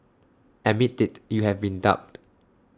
admit IT you have been duped